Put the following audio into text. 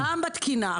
גם בתקינה.